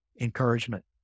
encouragement